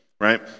right